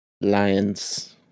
Lions